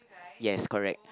yes correct